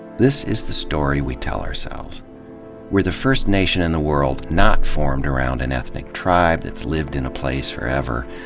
this is the story we tell ourselves we're the first nation in the world not formed around an ethnic tribe that's lived in a place forever.